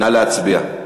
נא להצביע.